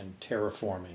terraforming